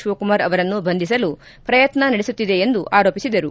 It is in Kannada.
ತಿವಕುಮಾರ್ ಅವರನ್ನು ಬಂಧಿಸಲು ಶ್ರಯತ್ನ ನಡೆಸುತ್ತಿದೆ ಎಂದು ಆರೋಪಿಸಿದರು